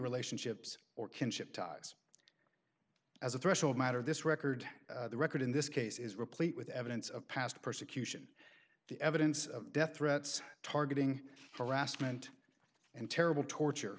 relationships or kinship ties as a threshold matter this record the record in this case is replete with evidence of past persecution the evidence of death threats targeting harassment and terrible torture